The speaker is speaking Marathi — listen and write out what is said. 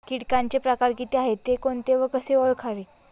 किटकांचे प्रकार किती आहेत, ते कोणते व कसे ओळखावे?